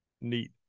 Neat